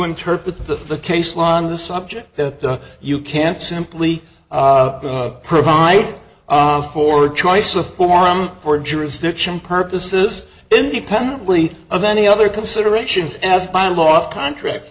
interpret the case law on the subject that you can't simply provide for a choice a forum for jurisdiction purposes independently of any other considerations as my last contract